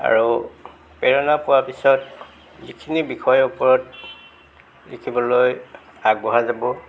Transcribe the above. আৰু প্ৰেৰণা পোৱাৰ পিছত যিখিনি বিষয়ৰ ওপৰত লিখিবলৈ আগবঢ়া যাব